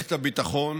מערכת הביטחון